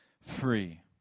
free